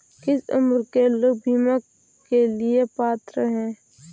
किस उम्र के लोग बीमा के लिए पात्र हैं?